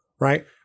right